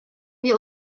wir